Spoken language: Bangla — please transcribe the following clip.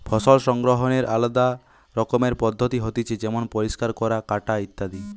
ফসল সংগ্রহনের আলদা রকমের পদ্ধতি হতিছে যেমন পরিষ্কার করা, কাটা ইত্যাদি